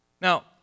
Now